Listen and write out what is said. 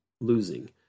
losing